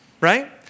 right